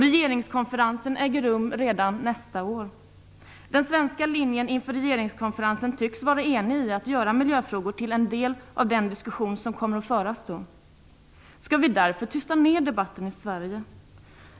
Regeringskonferensen äger rum redan nästa år. Den svenska linjen inför regeringskonferensen tycks vara enig. Miljöfrågorna skall göras till en del av den diskussion som kommer att föras. Skall vi därför tysta ner debatten i Sverige?